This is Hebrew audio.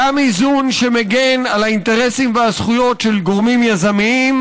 גם איזון שמגן על האינטרסים והזכויות של גורמים יזמיים,